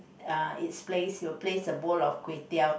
uh its place will place a bowl of Kway-Teow